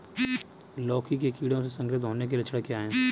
लौकी के कीड़ों से संक्रमित होने के लक्षण क्या हैं?